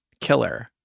killer